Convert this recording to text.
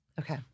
Okay